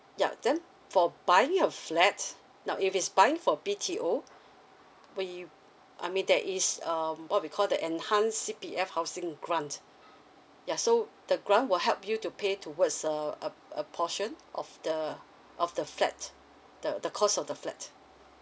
ya then for buying a flat now if it's buying for B_T_O we I mean there is um what we call the enhanced C_P_F housing grant ya so the grant will help you to pay towards a uh a portion of the of the flat the the cost of the flat